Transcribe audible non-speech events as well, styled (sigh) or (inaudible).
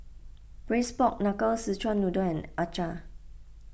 Braised Pork Knuckle Szechuan Noodle and (unintelligible)